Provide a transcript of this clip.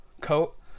coat